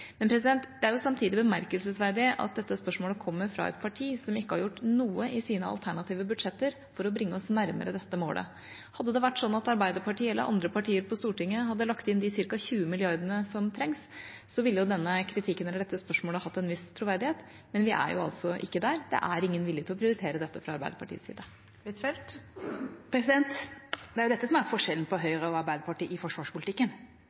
er det bemerkelsesverdig at dette spørsmålet kommer fra et parti som ikke har gjort noe i sine alternative budsjetter for å bringe oss nærmere dette målet. Hadde det vært sånn at Arbeiderpartiet eller andre partier på Stortinget hadde lagt inn de cirka 20 milliardene som trengs, ville denne kritikken, eller dette spørsmålet, hatt en viss troverdighet, men vi er ikke der – det er ingen vilje til å prioritere dette fra Arbeiderpartiets side. Det er jo dette som er forskjellen på Høyre og Arbeiderpartiet i forsvarspolitikken.